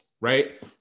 right